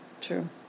True